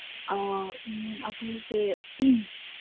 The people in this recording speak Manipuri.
ꯑꯣ ꯎꯝ ꯑꯩꯈꯣꯏꯁꯦ